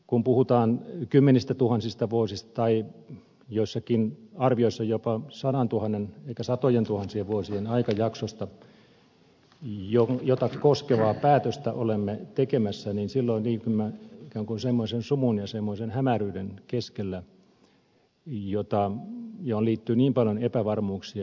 kun puhutaan kymmenistätuhansista vuosista tai joissakin arvioissa jopa satojentuhansien vuosien aikajaksosta jota koskevaa päätöstä olemme tekemässä niin silloin liikumme ikään kuin semmoisen sumun ja hämäryyden keskellä johon liittyy paljon epävarmuuksia